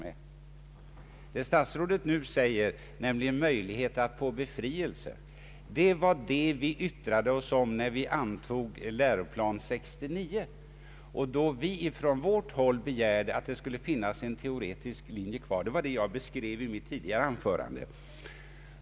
Den fråga som statsrådet nu tar upp, nämligen möjligheten för en elev att få befrielse från nionde skolåret, är en fråga som vi yttrade oss om när läroplan 69 antogs, då vi från vårt håll begärde att en teoretisk linje skulle bibehållas — den saken berörda jag i ett tidigare anförande.